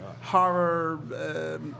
horror